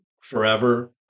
forever